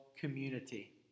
community